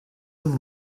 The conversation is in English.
with